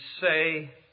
say